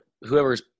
whoever's –